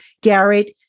Garrett